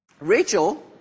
Rachel